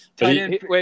Wait